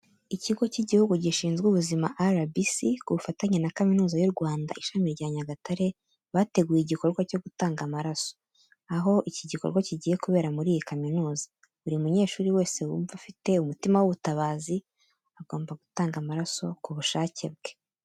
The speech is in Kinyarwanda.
Ikigo cy'Igihugu gishinzwe Ubuzima RBC ku bufatanye na Kaminuza y'u Rwanda ishami rya Nyagatare, bateguye igikorwa cyo gutanga amaraso, aho iki gikorwa kigiye kubera muri iyi kaminuza. Buri munyeshuri wese wumva afite umutima w'ubutabazi agomba gutanga amaraso ku bushake bwe.